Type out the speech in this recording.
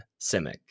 simic